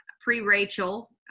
pre-Rachel